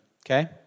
Okay